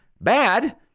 bad